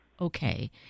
Okay